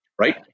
right